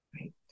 Right